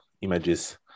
images